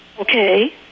Okay